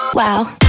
wow